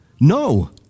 No